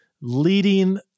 leading